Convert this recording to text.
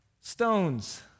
stones